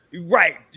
right